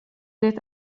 det